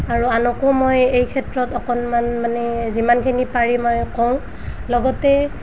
আৰু আনকো মই এই ক্ষেত্ৰত অকণমান মানে যিমানখিনি পাৰি মই কওঁ লগতে